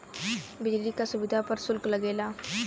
बिजली क सुविधा पर सुल्क लगेला